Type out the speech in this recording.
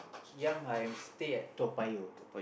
young I stay at Toa-Payoh